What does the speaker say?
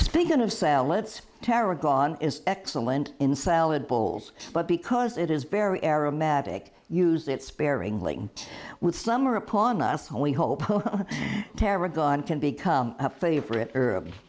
speaking of sell its terror gone is excellent in salad bowls but because it is very aromatic use it sparingly with summer upon us and we hope tara gone can become a favorite herb